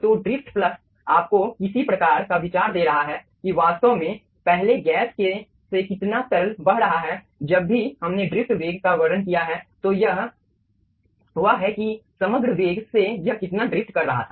तो drift flux आपको किसी प्रकार का विचार दे रहा है कि वास्तव में पहले गैस से कितना तरल बह रहा है जब भी हमने ड्रिफ्ट वेग का वर्णन किया है तो वह है कि समग्र वेग से यह कितना ड्रिफ्ट कर रहा था